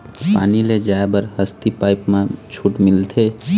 पानी ले जाय बर हसती पाइप मा छूट मिलथे?